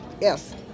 Yes